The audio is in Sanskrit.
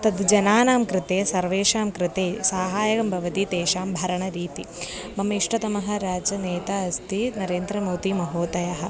तत् जनानां कृते सर्वेषां कृते साहायकं भवति तेषां भरणरीतिः मम इष्टतमः राजनेता अस्ति नरेन्द्रमोदीमहोदयः